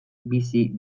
bizi